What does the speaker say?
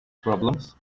problems